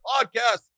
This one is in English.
podcast